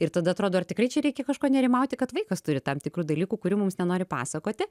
ir tada atrodo ar tikrai čia reikia kažko nerimauti kad vaikas turi tam tikrų dalykų kurių mums nenori pasakoti